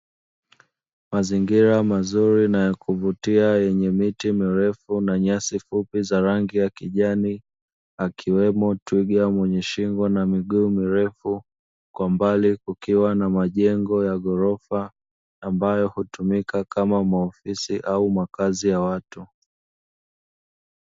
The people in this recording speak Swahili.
Mazingira mazuri na ya kuvutia, yenye miti mirefu na nyasi fupi za rangi ya kijani, akiwemo twiga mwenye shingo na miguu mirefu, kwa mbali kuna majengo ya ghorofa ambayo hutumika kama maofisi au makazi ya watu.